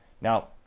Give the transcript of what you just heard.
Now